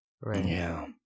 right